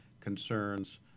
concerns